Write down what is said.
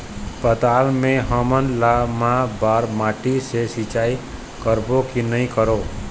पताल मे हमन हाल मा बर माटी से सिचाई करबो की नई करों?